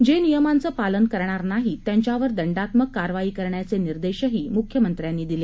जे नियमांचं पालन करणार नाहीत त्यांच्यावर दंडात्मक कारवाई करण्याचे निर्देशही मुख्यमंत्र्यांनी दिले